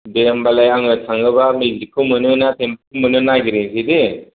दे होमबालाय आङो थाङोबा मेजिकखौ मोनो ना थेम्प'खौ मोनो नागिरहैनोसै दे